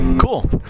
Cool